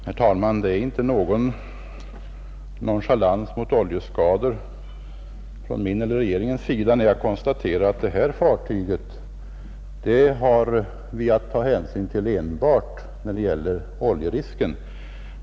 Herr talman! Det är inte någon nonchalans mot oljeskador från min eller regeringens sida när jag konstaterar att beträffande detta fartyg har vi att ta hänsyn enbart till oljerisken.